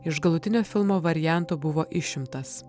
iš galutinio filmo varianto buvo išimtas